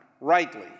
rightly